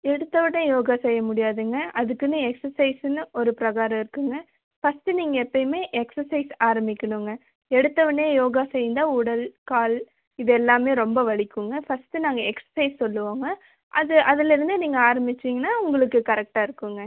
எடுத்த உடனே யோகா செய்ய முடியாதுங்க அதுக்குன்னு எக்ஸசைஸுன்னு ஒரு ப்ரகாரம் இருக்குங்க ஃபர்ஸ்ட்டு நீங்கள் எப்பையுமே எக்ஸசைஸ் ஆரமிக்கணுங்க எடுத்த உடனே யோகா செய்ஞ்சா உடல் கால் இது எல்லாமே ரொம்ப வலிக்குங்க ஃபர்ஸ்ட்டு நாங்கள் எக்ஸசைஸ் சொல்லுவோங்க அது அதுலருந்து நீங்கள் ஆரம்பிச்சீங்கன்னா உங்களுக்கு கரெக்டாக இருக்குங்க